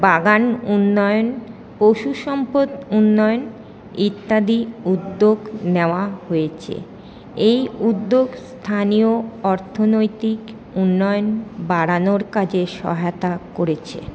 বাগান উন্নয়ন পশু সম্পদ উন্নয়ন ইত্যাদি উদ্যোগ নেওয়া হয়েছে এই উদ্যোগ স্থানীয় অর্থনৈতিক উন্নয়ন বাড়ানোর কাজে সহায়তা করেছে